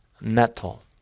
metal